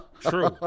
True